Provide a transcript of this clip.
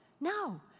No